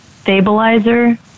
stabilizer